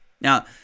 Now